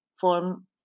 form